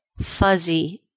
fuzzy